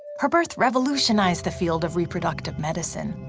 her birth revolutionized the field of reproductive medicine.